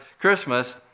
Christmas